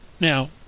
Now